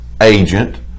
agent